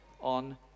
on